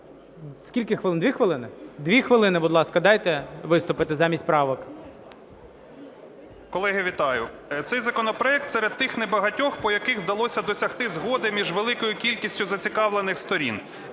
Дві хвилини, будь ласка, дайте виступити замість правок. 12:37:17 КИСИЛЕВСЬКИЙ Д.Д. Колеги, вітаю. Цей законопроект серед тих небагатьох, по яких вдалося досягти згоди між великою кількістю зацікавлених сторін.